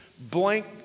blank